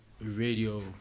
radio